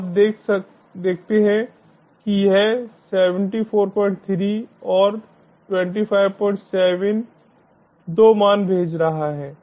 तो आप देखते हैं कि यह 743 और 257 2 मान भेज रहा है